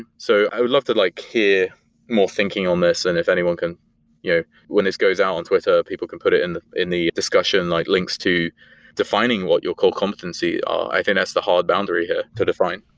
so i would love to like hear more thinking on this and if anyone can when this goes out on twitter, people can put it in the in the discussion, like links to defining what your core competency are. i think that's the hard boundary here to define.